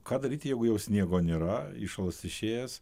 ką daryti jeigu jau sniego nėra įšalas išėjęs